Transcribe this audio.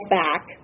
back